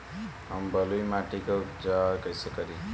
हम बलुइ माटी के उपचार कईसे करि?